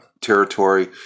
territory